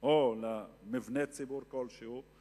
או מבנה ציבור כלשהו,